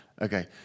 Okay